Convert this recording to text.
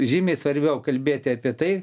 žymiai svarbiau kalbėti apie tai